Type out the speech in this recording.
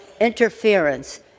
interference